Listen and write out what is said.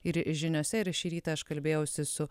ir žiniose ir šį rytą aš kalbėjausi su